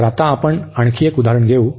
तर आता आपण आणखी एक उदाहरण घेऊ